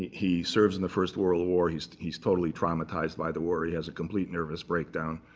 he serves in the first world war. he's he's totally traumatized by the war. he has a complete nervous breakdown.